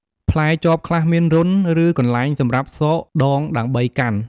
ផ្លែចបខ្លះមានរន្ធ ឬកន្លែងសម្រាប់ស៊កដងដើម្បីកាន់។